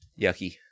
Yucky